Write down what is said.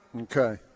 Okay